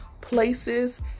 places